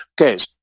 Okay